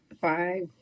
Five